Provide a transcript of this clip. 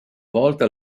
volta